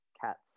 Cats